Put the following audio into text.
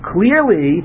Clearly